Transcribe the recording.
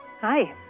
Hi